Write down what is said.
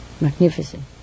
magnificent